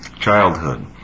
childhood